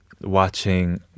watching